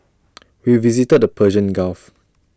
we visited the Persian gulf